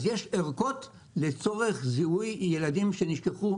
אז יש ערכות לצורך זיהוי ילדים שנשכחו